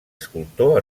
escultor